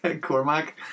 Cormac